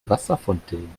wasserfontänen